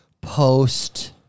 post